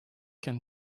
can